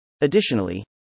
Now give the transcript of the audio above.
Additionally